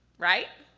right?